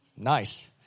Nice